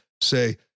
say